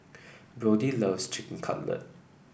Brodie loves Chicken Cutlet